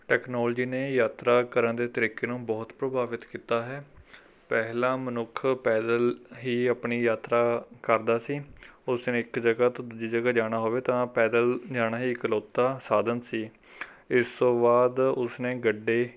technology ਨੇ ਯਾਤਰਾ ਕਰਨ ਦੇ ਤਰੀਕੇ ਨੂੰ ਬਹੁਤ ਪ੍ਰਭਾਵਿਤ ਕੀਤਾ ਹੈ ਪਹਿਲਾਂ ਮਨੁੱਖ ਪੈਦਲ ਹੀ ਆਪਣੀ ਯਾਤਰਾ ਕਰਦਾ ਸੀ ਉਸ ਨੇ ਇੱਕ ਜਗ੍ਹਾ ਤੋਂ ਦੂਜੀ ਜਗ੍ਹਾ ਜਾਣਾ ਹੋਵੇ ਤਾਂ ਪੈਦਲ ਜਾਣਾ ਹੀ ਇੱਕਲੌਤਾ ਸਾਧਨ ਸੀ ਇਸ ਤੋਂ ਬਾਅਦ ਉਸ ਨੇ ਗੱਡੇ